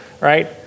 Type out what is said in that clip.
right